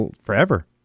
forever